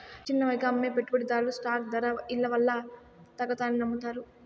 చిన్నవిగా అమ్మే పెట్టుబడిదార్లు స్టాక్ దర ఇలవల్ల తగ్గతాదని నమ్మతారు